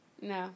No